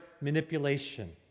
manipulation